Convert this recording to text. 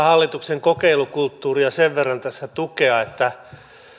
hallituksen kokeilukulttuuria sen verran tässä tukea että